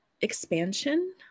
expansion